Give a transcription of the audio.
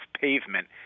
pavement